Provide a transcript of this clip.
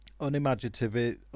unimaginative